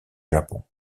japon